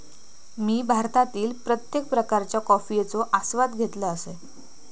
मी भारतातील प्रत्येक प्रकारच्या कॉफयेचो आस्वाद घेतल असय